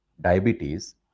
diabetes